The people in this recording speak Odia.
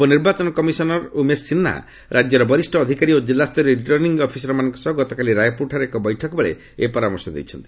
ଉପନିର୍ବାଚନ କମିଶନର ଉମେଶ ସିହ୍ନା ରାଜ୍ୟର ବରିଷ ଅଧିକାରୀ ଓ ଜିଲ୍ଲାସ୍ତରୀୟ ରିଟର୍ଣ୍ଣିଂ ଅଫିସରମାନଙ୍କ ସହ ଗତକାଲି ରାୟପୁରଠାରେ ଏକ ବୈଠକ ବେଳେ ଏହି ପରାମର୍ଶ ଦେଇଛନ୍ତି